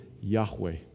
Yahweh